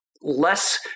less